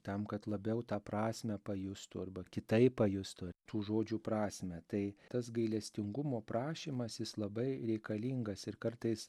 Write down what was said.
tam kad labiau tą prasmę pajustų arba kitaip pajustų tų žodžių prasmę tai tas gailestingumo prašymas jis labai reikalingas ir kartais